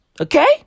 Okay